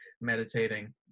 meditating